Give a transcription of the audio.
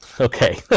Okay